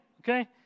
Okay